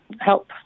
help